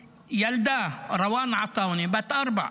ילדה, רואם אל-עטאונה, בת ארבע,